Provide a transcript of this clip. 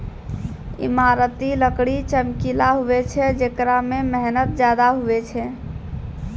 ईमारती लकड़ी चमकिला हुवै छै जेकरा मे मेहनत ज्यादा हुवै छै